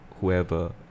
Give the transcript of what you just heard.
whoever